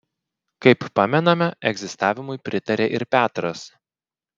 kaip pamename egzistavimui pritarė ir petras